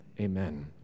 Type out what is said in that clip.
Amen